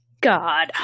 God